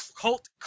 cult